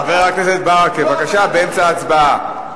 חבר הכנסת ברכה, בבקשה, באמצע הצבעה.